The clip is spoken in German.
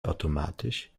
automatisch